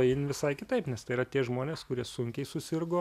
jin visai kitaip nes tai yra tie žmonės kurie sunkiai susirgo